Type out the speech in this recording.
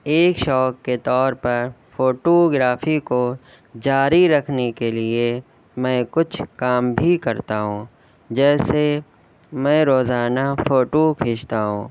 ایک شوق کے طور پر فوٹوگرافی کو جاری رکھنے کے لیے میں کچھ کام بھی کرتا ہوں جیسے میں روزانہ فوٹو کھینچتا ہوں